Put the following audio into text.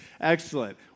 Excellent